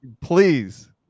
please